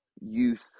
youth